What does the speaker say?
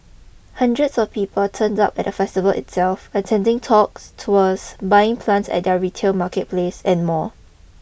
hundreds of people turned up at the festival itself attending talks tours buying plants at their retail marketplace and more